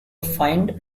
find